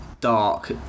dark